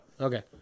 Okay